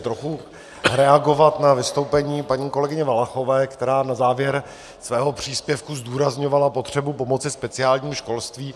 Trochu reagovat na vystoupení paní kolegyně Valachové, která na závěr svého příspěvku zdůrazňovala potřebu pomoci speciálnímu školství.